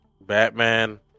Batman